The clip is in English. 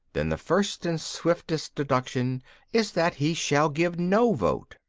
then the first and swiftest deduction is that he shall give no vote.